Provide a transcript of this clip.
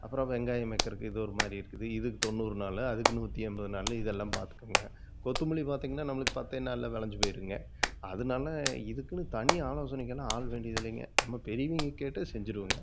அப்புறம் வெங்காயம் வைக்கிறக்கு இது ஒரு மாதிரி இருக்குது இதுக்கு தொண்ணூறு நாள் அதுக்கு நூற்றி எண்பது நாள் இதெல்லாம் பார்த்துக்கங்க கொத்தமல்லி பார்த்திங்கன்னா நம்மளுக்கு பத்தே நாளில் வெளஞ்சு போய்ருங்க அதனால இதுக்குனு தனி ஆலோசனைக்கெல்லாம் ஆள் வேண்டியது இல்லைங்க நம்ம பெரியவங்க கேட்டு செஞ்சுருவோங்க